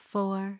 four